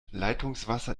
leitungswasser